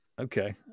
Okay